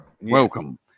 welcome